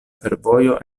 fervojo